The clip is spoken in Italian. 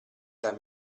dal